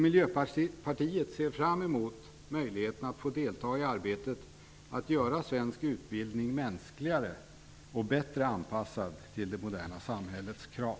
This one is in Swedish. Miljöpartiet ser fram emot möjligheten att få deltaga i arbetet att göra svensk utbildning mänskligare och bättre anpassad till det moderna samhällets krav.